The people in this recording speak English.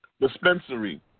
Dispensary